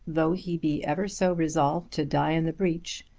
though he be ever so resolved to die in the breach,